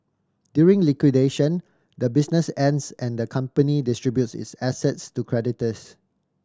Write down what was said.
during liquidation the business ends and the company distributes its assets to creditors